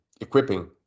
equipping